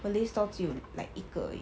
malay stall 只有 like 一个而已